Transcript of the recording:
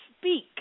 speak